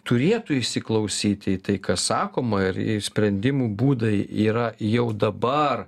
turėtų įsiklausyti į tai kas sakoma ir sprendimų būdai yra jau dabar